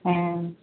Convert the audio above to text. ᱦᱮᱸ